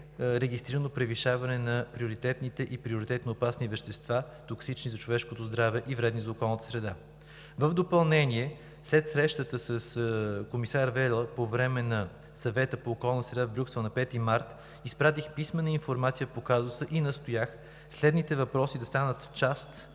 регистрирано превишаване на приоритетните и приоритетно опасни вещества, токсични за човешкото здраве и вредни за околната среда. В допълнение, след срещата с комисар Вела по време на Съвета по околна среда в Брюксел на 5 март, изпратих писмена информация по казуса и настоях следните въпроси да станат част